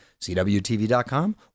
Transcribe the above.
cwtv.com